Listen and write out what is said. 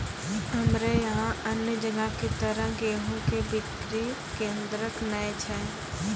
हमरा यहाँ अन्य जगह की तरह गेहूँ के बिक्री केन्द्रऽक नैय छैय?